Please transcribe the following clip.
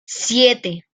siete